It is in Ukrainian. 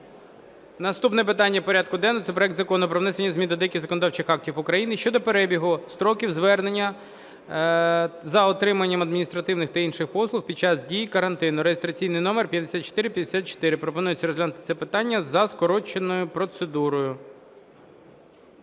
Наступне питання порядку денного – це проект Закону про внесення змін до деяких законодавчих актів України щодо перебігу строків звернення за отриманням адміністративних та інших послуг під час дії карантину (реєстраційний номер 5454). Пропонується розглянути це питання за скороченою процедурою.